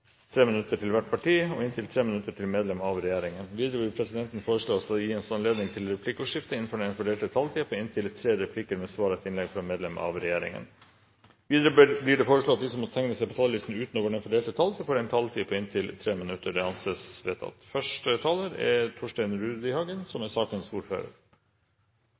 minutter til hvert parti og inntil 5 minutter til medlem av regjeringen. Videre vil presidenten foreslå at det gis anledning til replikkordskifte på inntil fire replikker med svar etter innlegg fra medlem av regjeringen innenfor den fordelte taletid. Videre blir det foreslått at de som måtte tegne seg på talerlisten utover den fordelte taletid, får en taletid på inntil 3 minutter. – Det anses vedtatt. Prop. 78 L er den siste saken som er